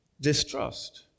distrust